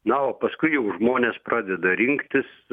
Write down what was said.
na o paskui jau žmonės pradeda rinktis